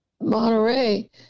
monterey